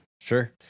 Sure